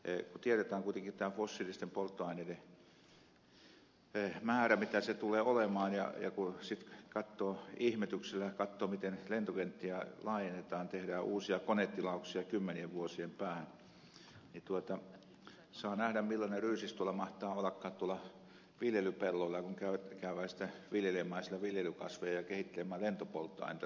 nimittäin kun tiedetään kuitenkin tämä fossiilisten polttoaineiden määrä mitä se tulee olemaan ja kun katsoo ihmetyksellä katsoo miten lentokenttiä laajennetaan tehdään uusia konetilauksia kymmenien vuosien päähän niin saa nähdä millainen ryysis mahtaa ollakaan tuolla viljelypelloilla kun käydään sitten viljelemään siellä viljelykasveja ja kehittelemään lentopolttoainetta